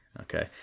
okay